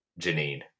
Janine